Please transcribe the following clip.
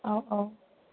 औ औ